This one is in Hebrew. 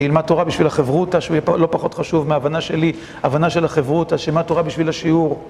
להלמד תורה בשביל החברות, שהוא לא פחות חשוב מהבנה שלי, הבנה של החברותא, השמעת תורה בשביל השיעור